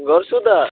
गर्छु त